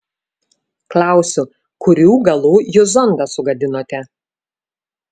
klausiu kurių galų jūs zondą sugadinote